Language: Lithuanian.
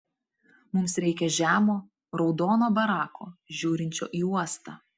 mums reikia žemo raudono barako žiūrinčio į uostą